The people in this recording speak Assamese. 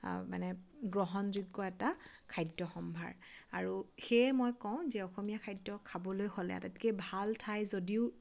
মানে গ্ৰহণযোগ্য এটা খাদ্য সম্ভাৰ আৰু সেয়ে মই কওঁ যে অসমীয়া খাদ্য খাবলৈ হ'লে আটাইতকৈ ভাল ঠাই যদিও